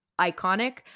iconic